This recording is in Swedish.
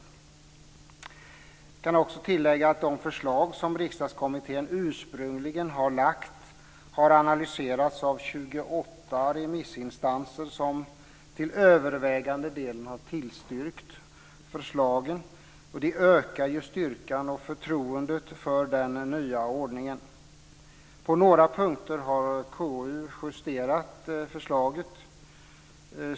Jag kan också tillägga att de förslag som Riksdagskommittén ursprungligen har lagt fram har analyserats av 28 remissinstanser, som till övervägande delen har tillstyrkt förslagen. Det ökar styrkan i och förtroendet för den nya ordningen. På några punkter har KU justerat förslaget.